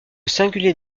singuliers